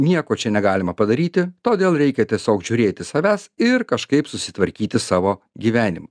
nieko čia negalima padaryti todėl reikia tiesiog žiūrėti savęs ir kažkaip susitvarkyti savo gyvenimą